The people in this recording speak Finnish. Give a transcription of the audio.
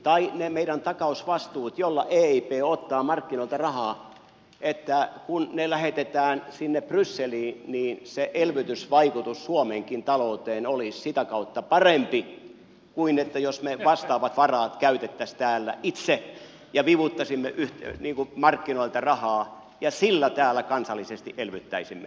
tai että kun ne meidän takausvastuumme joilla eip ottaa markkinoilta rahaa lähetetään sinne brysseliin se elvytysvaikutus suomenkin talouteen olisi sitä kautta parempi kuin jos me vastaavat varat käyttäisimme täällä itse ja vivuttaisimme markkinoilta rahaa ja sillä täällä kansallisesti elvyttäisimme